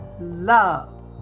love